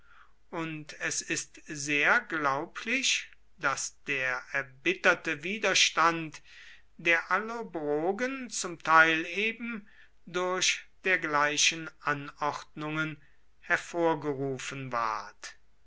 und es ist sehr glaublich daß der erbitterte widerstand der allobrogen zum teil eben durch dergleichen anordnungen hervorgerufen ward